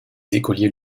écoliers